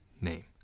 name